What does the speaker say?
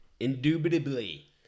Indubitably